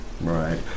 Right